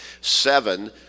seven